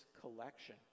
collection